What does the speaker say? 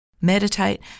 meditate